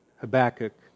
Habakkuk